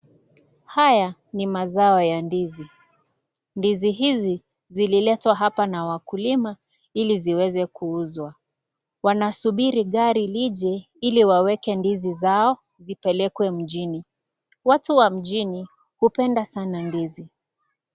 Haya ni mazao ya ndizi. Ndizi hizi, zililetwa hapa na wakulima ili ziweze kuuzwa. Wanasubiri gari lije ili waweke ndizi zao zipelekwe mjini. Watu wa mjini hupenda sana ndizi.